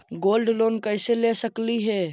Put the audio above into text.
Gold loan कैसे ले सकली हे?